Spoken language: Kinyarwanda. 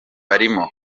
barimo